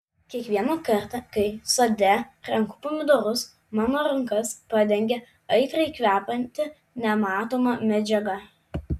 kiekvieną kartą kai sode renku pomidorus mano rankas padengia aitriai kvepianti nematoma medžiaga